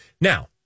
Now